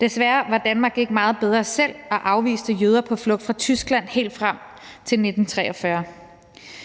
Desværre var Danmark ikke meget bedre selv og afviste jøder på flugt fra Tyskland helt frem til 1943.